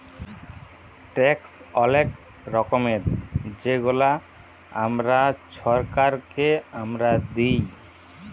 tax অলেক রকমের যেগলা আমরা ছরকারকে আমরা দিঁই